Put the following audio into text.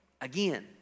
Again